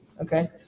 Okay